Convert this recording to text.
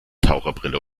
taucherbrille